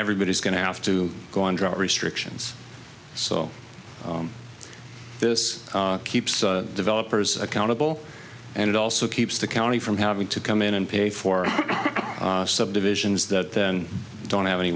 everybody is going to have to go on drought restrictions so this keeps developers accountable and it also keeps the county from having to come in and pay for subdivisions that don't have any